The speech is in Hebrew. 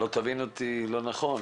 שלא תבין אותי לא נכון,